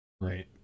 Right